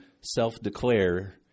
self-declare